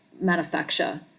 manufacture